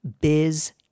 biz